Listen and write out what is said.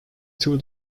two